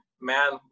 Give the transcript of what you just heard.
man